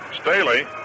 Staley